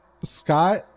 scott